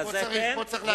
לזה כן צריך אישור,